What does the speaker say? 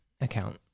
account